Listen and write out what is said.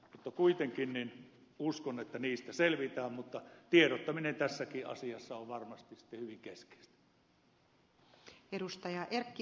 mutta kuitenkin uskon että niistä selvitään mutta tiedottaminen tässäkin asiassa on varmasti hyvin keskeistä